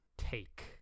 take